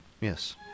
Yes